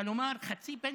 כלומר, חצי פנסיה,